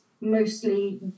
mostly